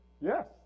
Yes